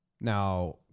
Now